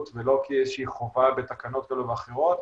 ולא כאיזו שהיא חובה בתקנות כאלה ואחרות,